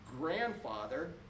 grandfather